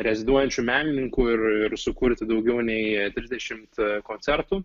reziduojančiu menininku ir ir sukurti daugiau nei trisdešimt koncertų